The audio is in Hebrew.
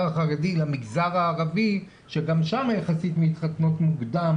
החרדי למגזר הערבי שגם שם יחסית מתחתנות מוקדם,